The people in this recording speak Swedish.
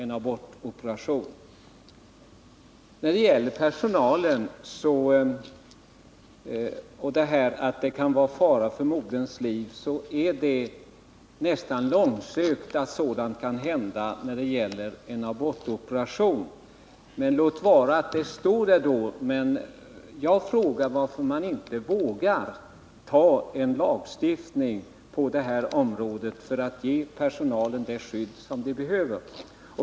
I fråga om personalens skyldigheter är det långsökt att tro att en abortoperation kan innebära fara för moderns liv. Varför vågar man inte lagstifta på detta område för att ge personalen det skydd den behöver?